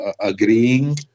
agreeing